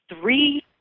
three